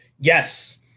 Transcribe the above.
yes